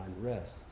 rest